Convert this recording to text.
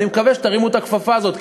אני מקווה שתרימו את הכפפה הזאת,